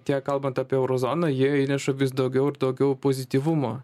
tiek kalbant apie euro zoną jie įneša vis daugiau ir daugiau pozityvumo